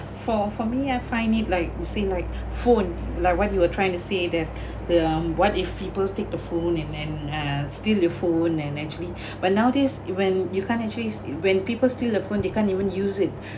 for for me I find it like you said like phone like what you were trying to say that the um what if peoples take the phone and then uh steal the phone and actually but nowadays when you can't actually when people steal the phone they can't even use it